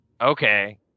okay